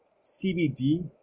CBD